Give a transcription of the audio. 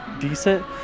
decent